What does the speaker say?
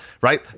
right